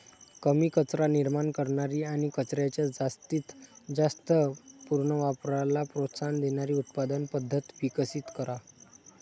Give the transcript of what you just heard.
कमी कचरा निर्माण करणारी आणि कचऱ्याच्या जास्तीत जास्त पुनर्वापराला प्रोत्साहन देणारी उत्पादन पद्धत विकसित करा